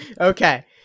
Okay